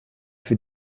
für